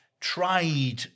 tried